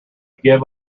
give